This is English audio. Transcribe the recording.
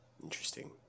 Interesting